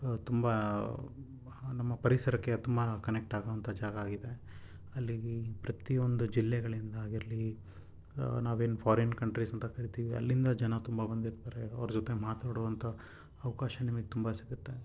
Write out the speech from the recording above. ತುಂಬ ನಮ್ಮ ಪರಿಸರಕ್ಕೆ ತುಂಬ ಕನೆಕ್ಟಾಗುವಂಥ ಜಾಗ ಆಗಿದೆ ಅಲ್ಲಿ ಪ್ರತಿಯೊಂದು ಜಿಲ್ಲೆಗಳಿಂದಾಗಿರಲಿ ನಾವೇನು ಫಾರಿನ್ ಕಂಟ್ರೀಸ್ ಅಂತ ಕರೀತೀವಿ ಅಲ್ಲಿಂದ ಜನ ತುಂಬ ಬಂದಿರ್ತಾರೆ ಅವ್ರ ಜೊತೆ ಮಾತಾಡುವಂಥ ಅವಕಾಶ ನಿಮಗೆ ತುಂಬ ಸಿಗುತ್ತೆ